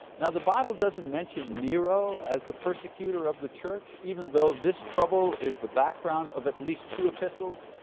now, the bible doesn't mention nero as the persecutor of the church, even though this trouble is the background of at least two epistles.